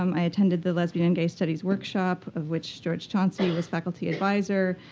um i attended the lesbian and gay studies workshop, of which george chauncey was faculty adviser.